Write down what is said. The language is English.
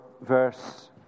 verse